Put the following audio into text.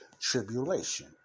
tribulation